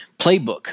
playbook